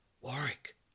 Warwick